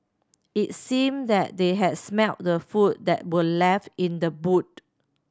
it seemed that they had smelt the food that were left in the boot